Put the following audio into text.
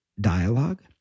dialogue